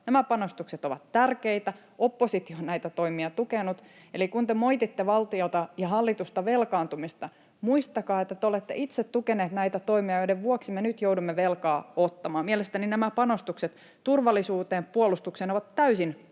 Nämä panostukset ovat tärkeitä, oppositio on näitä toimia tukenut, eli kun te moititte valtiota ja hallitusta velkaantumisesta, muistakaa, että te olette itse tukeneet näitä toimia, joiden vuoksi me nyt joudumme velkaa ottamaan. Mielestäni nämä panostukset turvallisuuteen, puolustukseen ovat täysin oikeat